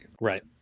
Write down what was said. Right